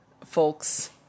folks